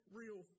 real